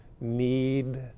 need